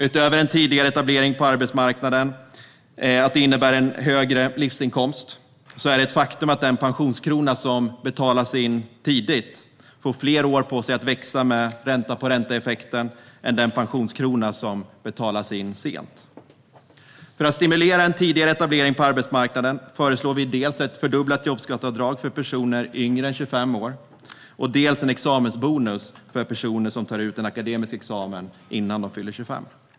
Utöver att en tidigare etablering på arbetsmarknaden innebär en högre livsinkomst är det ett faktum att den pensionskrona som betalas in tidigt får fler år på sig att växa med ränta-på-ränta-effekten än den pensionskrona som betalas in sent. För att stimulera en tidigare etablering på arbetsmarknaden föreslår vi dels ett fördubblat jobbskatteavdrag för personer yngre än 25 år, dels en examensbonus för personer som tar ut en akademisk examen innan de fyller 25.